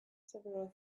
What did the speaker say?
several